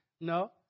No